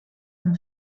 een